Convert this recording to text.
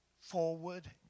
forward